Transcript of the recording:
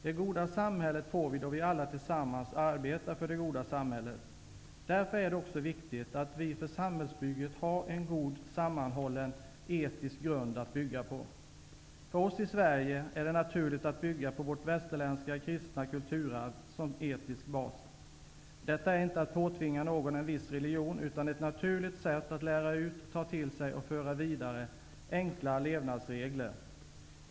Det goda samhället får vi då vi alla tillsammans arbetar för det goda samhället. Därför är det också viktigt att vi för samhällsbygget har en god sammanhållen etisk grund att bygga på. För oss i Sverige är det naturligt att bygga på vårt västerländska kristna kulturarv som etisk bas. Detta är inte att påtvinga någon en viss religion, utan ett naturligt sätt att lära ut, ta till sig och föra vidare enkla levnadsregler.